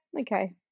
okay